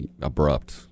Abrupt